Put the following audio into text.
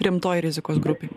rimtoj rizikos grupė